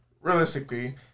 realistically